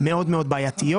מאוד מאוד בעייתיות.